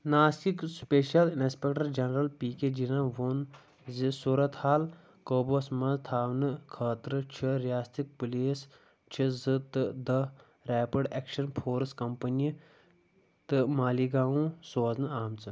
ناسِکٕس special inspector general P K جینن ووٚن زِ صوٗرتحال قوبوٗوس منٛز تھاونہٕ خٲطرٕ چھِ رِیاستٕکۍ پُلیٖس چہِ زٕتہٕ دَہ ریٚپِڈ ایٚکشَن فورس کمپٔنی تہٕ مالیگاون سورنہٕ آمژٕ